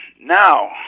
now